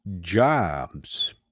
Jobs